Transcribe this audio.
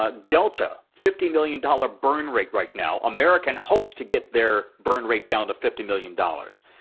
ah delta, fifty million dollars burn rate right now. american hopes to get their burn rate down to fifty million dollars.